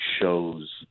shows